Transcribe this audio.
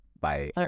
bye